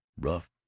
rough